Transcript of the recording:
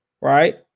right